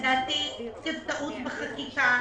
לדעתי יש אפשרות בחקיקה.